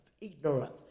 ignorance